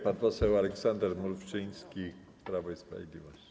Pan poseł Aleksander Mrówczyński, Prawo i Sprawiedliwość.